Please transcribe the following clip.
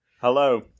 Hello